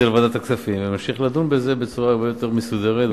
נוריד את זה לוועדת הכספים ונמשיך לדון בזה בצורה הרבה יותר מסודרת,